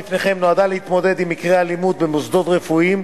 יושב-ראש ועדת העבודה, הרווחה והבריאות,